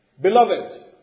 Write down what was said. Beloved